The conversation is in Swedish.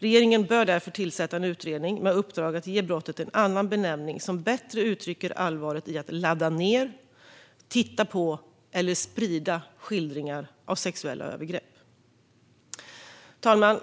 Regeringen bör därför tillsätta en utredning med uppdrag att ge brottet en annan benämning som bättre uttrycker allvaret i att ladda ned, titta på eller sprida skildringar av sexuella övergrepp. Fru talman!